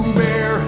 bear